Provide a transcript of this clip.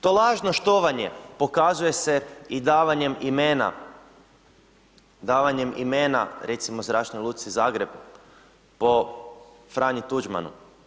To lažno štovanje, pokazuje se i davanjem imena, davanjem imena recimo Zračnoj luci Zagreb po Franji Tuđmanu.